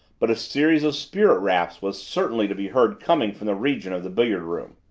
but a series of spirit raps was certainly to be heard coming from the region of the billiard room.